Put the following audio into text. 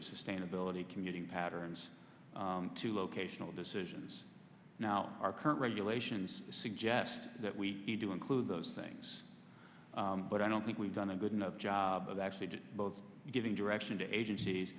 of sustainability commuting patterns to locational decisions now our current regulations suggest that we need to include those things but i don't think we've done a good enough job of actually both giving direction to agencies